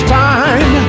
time